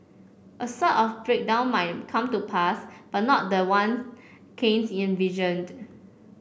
a sort of breakdown might come to pass but not the one Keynes envisioned